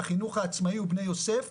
החינוך העצמאי ובני יוסף,